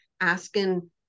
asking